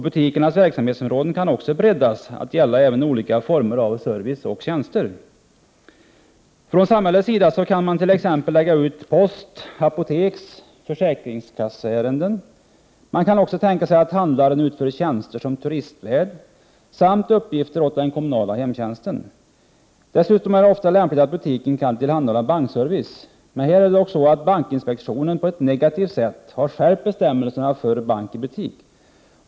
Butikernas verksamhetsområden kan också breddas till att gälla även olika former av service och tjänster. Man kan t.ex. från samhällets sida lägga ut post-, apotekoch försäkringskasseärenden. Man kan också tänka sig att handlaren utför tjänster som turistvärd samt uppgifter åt den kommunala hemtjänsten. Dessutom är det ofta lämpligt att butiken tillhandahåller bankservice. Här har dock bankinspektionen på ett negativt sätt skärpt bestämmelserna för bank i butik.